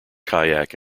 kayak